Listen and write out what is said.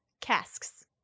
Casks